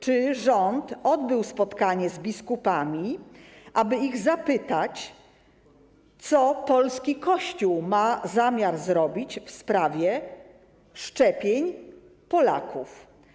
Czy rząd odbył spotkanie z biskupami, aby zapytać ich, co polski Kościół ma zamiar zrobić w sprawie szczepień Polaków?